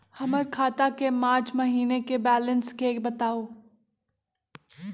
हमर खाता के मार्च महीने के बैलेंस के बताऊ?